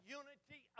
unity